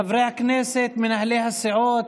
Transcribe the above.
חברי הכנסת, מנהלי הסיעות,